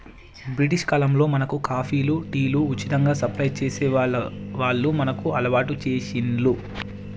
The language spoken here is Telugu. బ్రిటిష్ కాలంలో మనకు కాఫీలు, టీలు ఉచితంగా సప్లై చేసి వాళ్లు మనకు అలవాటు చేశిండ్లు